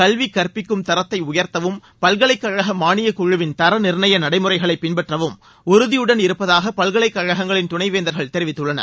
கல்வி கற்பிக்கும் தரத்தை உயா்த்தவும் பல்கலைக்கழக மானியக் குழுவின் தர நிாணய நடைமுறைகளை பின்பற்றவும் உறுதியுடன் இருப்பதாக பல்கலைக்கழகங்களின் துணைவேந்தர்கள் தெரிவித்துள்ளனர்